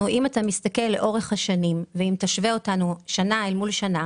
מסתכל לאורך השנים ואתה משווה אותנו שנה אל מול שנה,